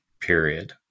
period